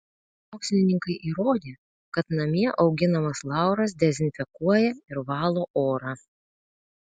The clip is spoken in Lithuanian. mokslininkai įrodė kad namie auginamas lauras dezinfekuoja ir valo orą